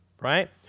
right